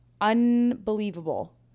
Unbelievable